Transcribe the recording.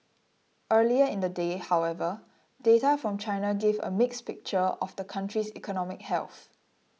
earlier in the day however data from China gave a mixed picture of the country's economic health